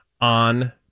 on